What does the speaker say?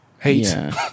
hate